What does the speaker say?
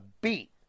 beat